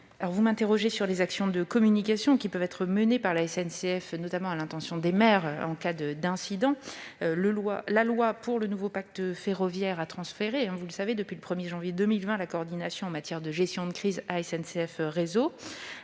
Vous m'interrogez sur les actions de communication qui peuvent être menées par la SNCF, notamment à l'intention des maires, en cas d'incident. La loi pour un nouveau pacte ferroviaire a transféré depuis le 1 janvier 2020 à SNCF Réseau la coordination en matière de gestion de crise. Il est